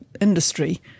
industry